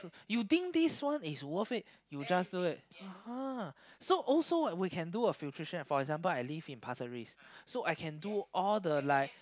you think this one is worth it you just do it (uh huh) so also we can do a filtration for example I live in pasir-ris so I can do all the like